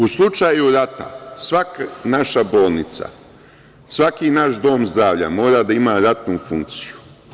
U slučaju rata, svaka naša bolnica, svaki naš dom zdravlja mora da ima ratnu funkciju.